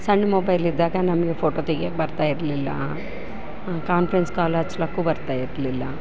ಸಣ್ಣ ಮೊಬೈಲ್ಲಿದ್ದಾಗ ನಮಗೆ ಫೋಟೋ ತೆಗಿಯಕ್ಕೆ ಬರ್ತಾಯಿರಲಿಲ್ಲ ಕಾನ್ಫರೆನ್ಸ್ ಕಾಲ್ ಹಚ್ಲಕ್ಕು ಬರ್ತಾಯಿರಲಿಲ್ಲ